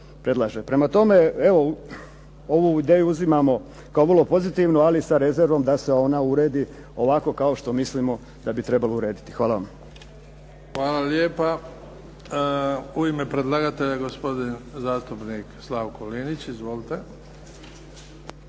Prema tome, evo ovu ideju uzimamo kao vrlo pozitivnu, ali sa rezervom da se ona uredi ovako kao što mislimo da bi trebalo urediti. Hvala vam. **Šeks, Vladimir (HDZ)** Hvala lijepa. U ime predlagatelja gospodin zastupnik Slavko Linić. Izvolite.